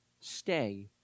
stay